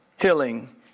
healing